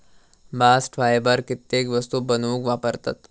bast fibre कित्येक वस्तू बनवूक वापरतत